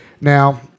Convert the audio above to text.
Now